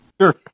Sure